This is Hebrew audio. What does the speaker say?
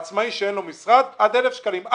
עצמאי שאין לו משרד, עד 1,000 שקלים בחודש.